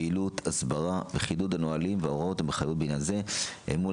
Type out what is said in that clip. פעילות הסברה וחידוד הנהלים וההוראות המיוחדות בעניין זה מול